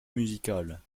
musicale